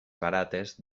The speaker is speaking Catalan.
barates